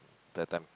the time